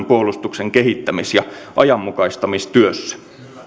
puolustuksen kehittämis ja ajanmukaistamistyössä